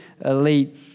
elite